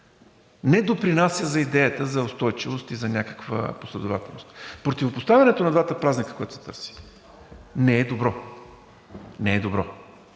не допринася за идеята за устойчивост и за някаква последователност. Противопоставянето на двата празника, което се търси, не е добро. Не е добро!